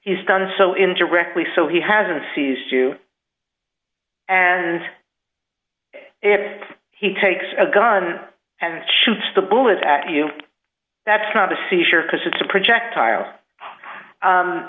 he's done so in directly so he hasn't seized you and if he takes a gun and shoots the bullet at you that's not a seizure because it's a projectile